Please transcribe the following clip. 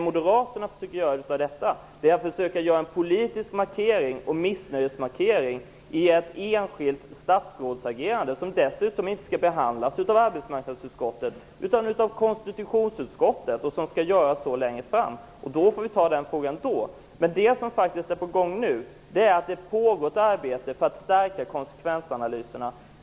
Moderaterna försöker av detta göra en politisk missnöjesmarkering beträffande ett enskilt statsråds agerande, en fråga som för övrigt inte skall behandlas av arbetsmarknadsutskottet utan av konstitutionsutskottet längre fram under riksmötet. Den frågan får vi diskutera när den tiden kommer. Nu pågår ett arbete för att stärka konsekvensanalyserna.